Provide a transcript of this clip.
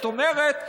זאת אומרת,